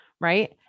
right